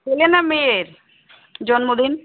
ছেলে না মেয়ের জন্মদিন